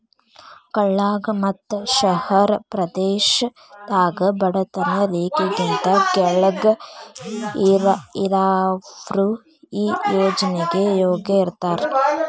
ಹಳ್ಳಾಗ ಮತ್ತ ಶಹರ ಪ್ರದೇಶದಾಗ ಬಡತನ ರೇಖೆಗಿಂತ ಕೆಳ್ಗ್ ಇರಾವ್ರು ಈ ಯೋಜ್ನೆಗೆ ಯೋಗ್ಯ ಇರ್ತಾರ